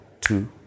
two